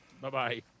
Bye-bye